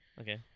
Okay